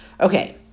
Okay